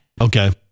Okay